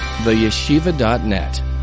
theyeshiva.net